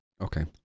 Okay